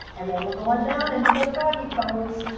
and then we're going down into the froggy pose.